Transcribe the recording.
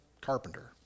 carpenter